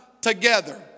together